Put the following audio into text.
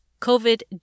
COVID